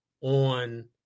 on